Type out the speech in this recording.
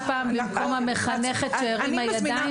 של 42 תלמידים --- מישהו היה פעם במקום המחנכת שהרימה ידיים?